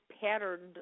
patterned